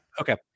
Okay